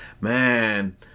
man